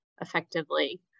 effectively